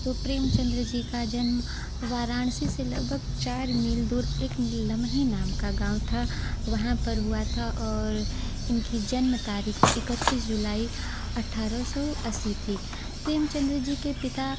तो प्रेमचन्द्र जी का जन्म वाराणसी से लगभग चार मील दूर एक लम्हे नाम का गाँव था वहाँ पर हुआ था और इनकी जन्म तारीख इकत्तीस जुलाई अट्ठारह सौ अस्सी थी प्रेमचन्द्र जी के पिता